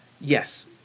yes